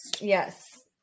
Yes